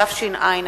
התש”ע 2010,